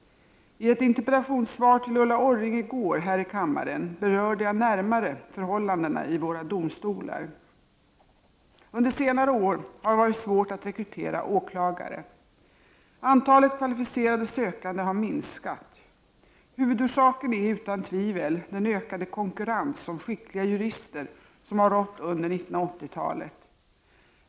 I ett interpellationssvar till Ulla Orring i går här i kammaren berörde jag närmare förhållandena vid våra domstolar. Under senare år har det varit svårt att rekrytera åklagare. Antalet kvalificerade sökande har minskat. Huvudorsaken är utan tvivel den ökade konkurrens om skickliga jurister som har rått under 1980-talet.